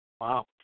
Wow